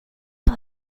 but